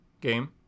game